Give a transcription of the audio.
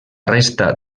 resta